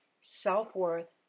self-worth